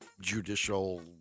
judicial